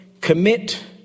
commit